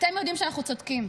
אתם יודעים שאנחנו צודקים.